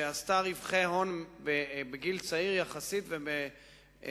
שעשתה רווחי הון בגיל צעיר יחסית ובסכומים